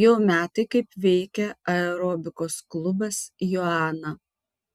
jau metai kaip veikia aerobikos klubas joana